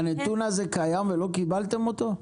הנתון הזה קיים ולא קיבלתם אותו?